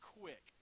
quick